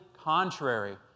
contrary